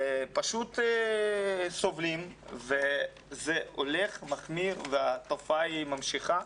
פשוט סובלים וזה הולך ומחמיר והתופעה ממשיכה.